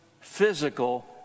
physical